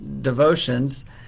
devotions